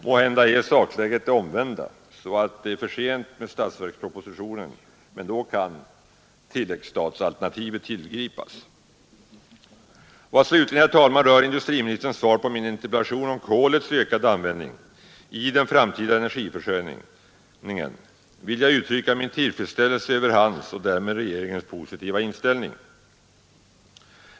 Måhända är sakläget det omvända så att det är för sent att få med förslaget i statsverkspropositionen, men då kan tilläggsstatsalternativet tillgripas. Beträffande slutligen industriministerns svar på min interpellation om kolets ökade användning i den framtida energiförsörjningen vill jag uttrycka min tillfredsställelse över hans och därmed regeringens positiva inställning.